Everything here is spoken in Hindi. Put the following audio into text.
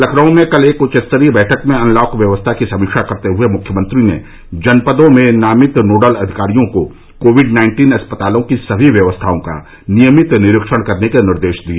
लखनऊ में कल एक उच्च स्तरीय बैठक में अनलॉक व्यवस्था की समीक्षा करते हुए मुख्यमंत्री ने जनपदों में नामित नोडल अधिकारियों को कोविड नाइन्टीन अस्पतालों की सभी व्यवस्थाओं का नियमित निरीक्षण करने के निर्देश दिए